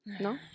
No